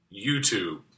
YouTube